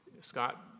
Scott